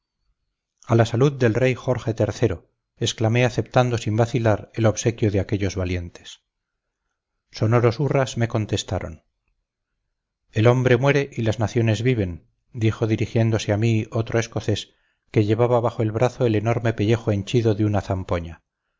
a la salud del rey jorge iii exclamé aceptando sin vacilar el obsequio de aquellos valientes sonoros hurras me contestaron el hombre muere y las naciones viven dijo dirigiéndose a mí otro escocés que llevaba bajo el brazo el enorme pellejo henchido de una